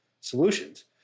solutions